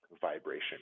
vibration